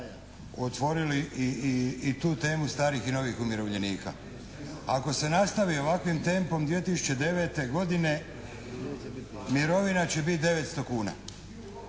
otvorili i tu temu starih i novih umirovljenika. Ako se nastavi ovakvim tempom 2009. godine mirovina će biti 900 kuna